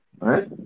right